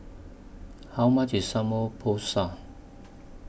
How much IS Samgeyopsal